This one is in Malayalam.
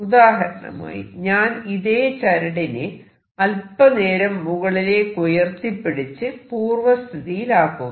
ഉദാഹരണമായി ഞാൻ ഇതേ ചരടിനെ അൽപനേരം മുകളിലേക്കുയർത്തിപ്പിടിച്ച് പൂർവ്വസ്ഥിതിയിലാക്കുക